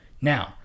now